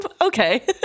okay